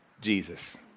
Jesus